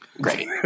Great